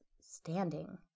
standing